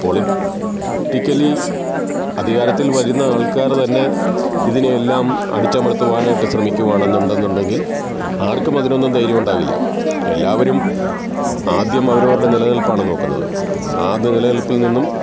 പൊളി റ്റിക്കലി അധികാരത്തിൽ വരുന്ന ആൾക്കാർ തന്നെ ഇതിനെയെല്ലാം അടിച്ചമർത്തുവാനായിട്ട് ശ്രമിക്കുകയാണെന്നുണ്ടെങ്കിൽ ആർക്കും അതിനൊന്നും ധൈര്യമുണ്ടാകില്ല എല്ലാവരും ആദ്യം അവരവരുടെ നിലനിൽപ്പാണ് നോക്കുന്നത് ആ നിലനിൽപ്പിൽ നിന്നും